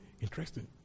Interesting